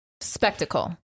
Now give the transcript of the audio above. spectacle